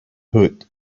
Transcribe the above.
hood